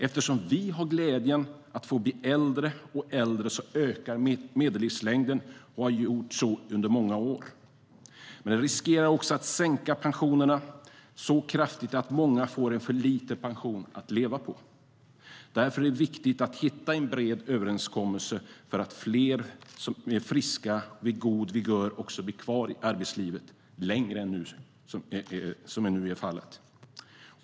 Eftersom vi har glädjen att få bli äldre och äldre ökar medellivslängden och har så gjort under många år. Men det riskerar också att sänka pensionerna så kraftigt att många får en för liten pension att leva på. Därför är det viktigt att hitta en bred överenskommelse för att fler som är friska och vid god vigör också blir kvar i arbetslivet längre än vad som nu är fallet.